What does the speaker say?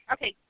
Okay